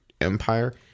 Empire